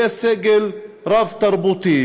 יהיה סגל רב-תרבותי,